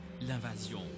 l'invasion